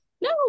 No